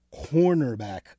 cornerback